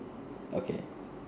okay